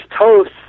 toast